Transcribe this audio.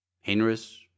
Henry's